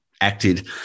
acted